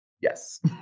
Yes